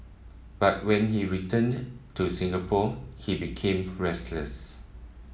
but when he returned to Singapore he became restless